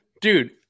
dude